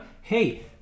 Hey